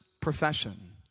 profession